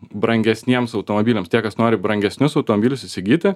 brangesniems automobiliams tie kas nori brangesnius automobilius įsigyti